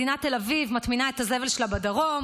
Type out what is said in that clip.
מדינת תל אביב מטמינה את הזבל שלה בדרום